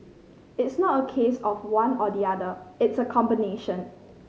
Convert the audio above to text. it's not a case of one or the other it's a combination